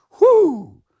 Whoo